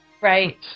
Right